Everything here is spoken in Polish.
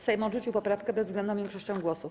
Sejm odrzucił poprawkę bezwzględną większością głosów.